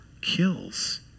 kills